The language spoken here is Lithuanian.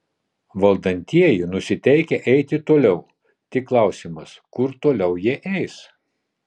valdantieji nusiteikę eiti toliau tik klausimas kur toliau jie eis